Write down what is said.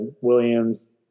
williams